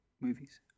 Movies